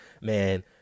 Man